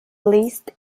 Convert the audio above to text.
least